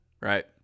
right